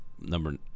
number